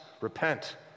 repent